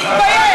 תתבייש,